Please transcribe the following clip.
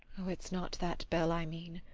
oh, it's not that bell i mean.